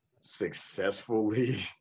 successfully